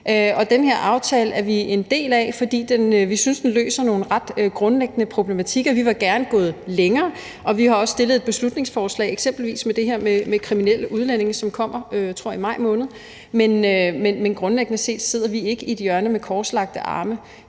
den her aftale er vi en del af, fordi vi synes, den løser nogle ret grundlæggende problematikker. Vi var gerne gået længere, og vi har også fremsat et beslutningsforslag, eksempelvis det her med kriminelle udlændinge, som kommer i maj måned, tror jeg, og grundlæggende set sidder vi ikke i et hjørne med korslagte arme.